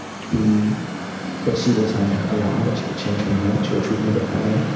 be that she will turn her around that she will change her mind that she will treat me differently.